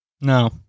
No